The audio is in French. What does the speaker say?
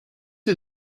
est